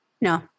No